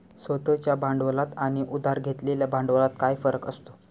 स्वतः च्या भांडवलात आणि उधार घेतलेल्या भांडवलात काय फरक असतो?